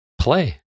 play